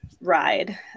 ride